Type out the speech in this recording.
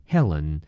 Helen